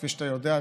כפי שאתה יודע,